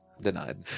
Denied